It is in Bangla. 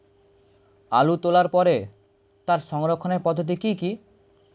আলু তোলার পরে তার সংরক্ষণের পদ্ধতি কি কি?